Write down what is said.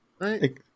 Right